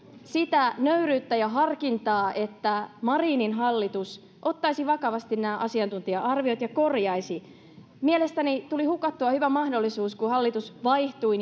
nöyryyttä ja harkintaa että marinin hallitus ottaisi vakavasti nämä asiantuntija arviot ja korjaisi mielestäni tuli hukattua hyvä mahdollisuus kun hallitus vaihtui